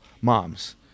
moms